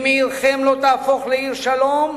אם עירכם לא תהפוך לעיר שלום,